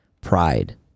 pride